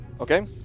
Okay